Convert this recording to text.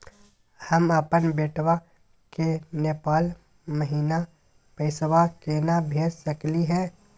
हम अपन बेटवा के नेपाल महिना पैसवा केना भेज सकली हे?